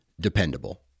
dependable